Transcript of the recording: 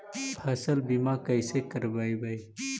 फसल बीमा कैसे करबइ?